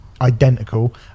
identical